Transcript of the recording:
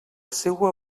seua